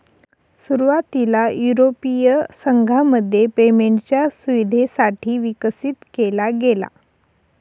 सुरुवातीला युरोपीय संघामध्ये पेमेंटच्या सुविधेसाठी विकसित केला गेला